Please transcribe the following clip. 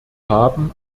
haben